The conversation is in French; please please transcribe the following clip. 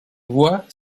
voie